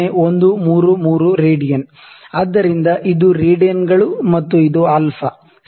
00133 radian ಆದ್ದರಿಂದ ಇದು ರೇಡಿಯನ್ಗಳು ಮತ್ತು ಇದು α ಸರಿ